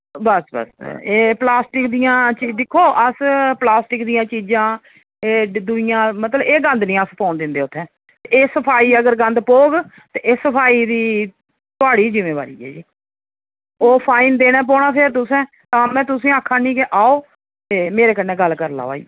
बस बस एह् प्लास्टक दियां चीजां दिक्खो अस प्लास्टक दियां चीजां ऐ दूइयां मतलब ऐ गंद नी अस पौन दिंदे उत्थै एह् सफाई अगर गंद पौह्ग ते एह् सफाई दी थुआड़ी जिम्मेवारी ऐ ओह् फाइन देना पौना फिर तुसें तां में तुसें अक्खनी कि आओ ते मेरे कन्नै गल्ल करी लैओ आइयै